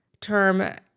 term